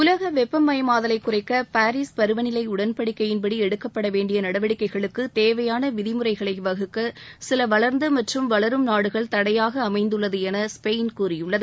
உலக வெப்பமயமாதலை குறைக்க பாரிஸ் பருவநிலை உடன்படிக்கையின்படி எடுக்கப்படவேண்டிய நடவடிக்கைகளுக்கு தேவையான விதிமுறைகளை வகுக்க சில வளர்ந்த மற்றும் வளரும் நாடுகள் தடையாக அமைந்துள்ளது என ஸ்பெயின் கூறியுள்ளது